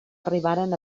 arribaren